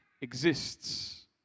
exists